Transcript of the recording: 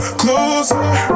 closer